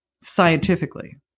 scientifically